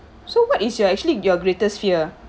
so what is your actually your greatest fear